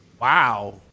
Wow